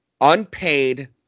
unpaid